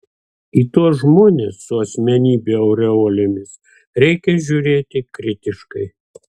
į tuos žmones su asmenybių aureolėmis reikia žiūrėti kritiškai